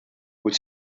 wyt